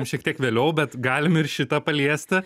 šiek tiek vėliau bet galim ir šitą paliesti